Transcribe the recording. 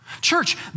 Church